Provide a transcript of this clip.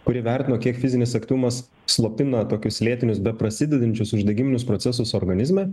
kur įvertino kiek fizinis aktyvumas slopina tokius lėtinius beprasidedančius uždegiminius procesus organizme